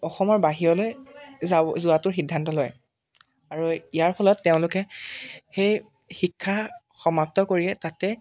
অসমৰ বাহিৰলৈ যাব যোৱাটোৰ সিদ্ধান্ত লয় আৰু ইয়াৰ ফলত তেওঁলোকে সেই শিক্ষা সমাপ্ত কৰিয়ে তাতে